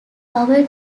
power